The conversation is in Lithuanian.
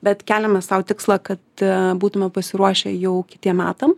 bet keliame sau tikslą kad būtume pasiruošę jau kitiem metam